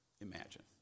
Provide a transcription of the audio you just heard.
Imagine